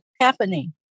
happening